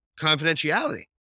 confidentiality